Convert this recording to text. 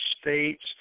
states